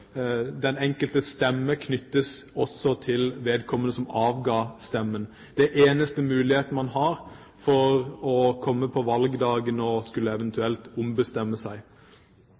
knyttes til vedkommende som avga stemmen. Det er den eneste muligheten man har for å komme på valgdagen og eventuelt ombestemme seg.